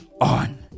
on